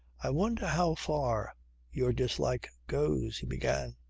i wonder how far your dislike goes, he began.